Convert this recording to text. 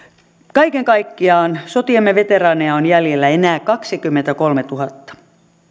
kaiken kaikkiaan sotiemme veteraaneja on jäljellä enää kaksikymmentäkolmetuhatta